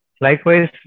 likewise